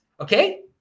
Okay